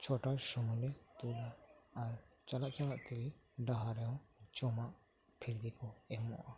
ᱪᱷᱚᱴᱟ ᱥᱳᱢᱳᱭ ᱞᱮ ᱫᱩᱞᱟ ᱟᱨ ᱪᱟᱞᱟᱜ ᱪᱟᱞᱟᱜ ᱛᱮ ᱰᱟᱦᱟᱨ ᱨᱮᱦᱚᱸ ᱡᱚᱢᱟᱜ ᱯᱷᱨᱤ ᱜᱮᱠᱚ ᱮᱢᱚᱜᱼᱟ